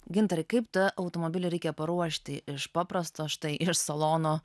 gintarė kaip tą automobilį reikia paruošti iš paprasto štai iš salono